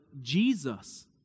Jesus